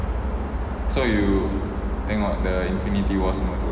so you tengok the infinity wars semua tu